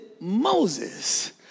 Moses